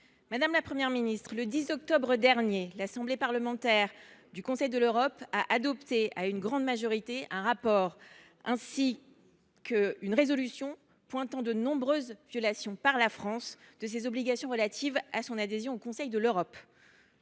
Madame la Première ministre, le 10 octobre dernier, l’Assemblée parlementaire du Conseil de l’Europe a adopté à une grande majorité un rapport ainsi qu’une résolution pointant de nombreuses violations par la France de ses obligations relatives à son adhésion au Conseil de l’Europe